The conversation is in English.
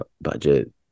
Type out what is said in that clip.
budget